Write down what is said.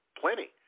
plenty